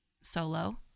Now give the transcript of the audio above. solo